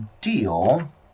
deal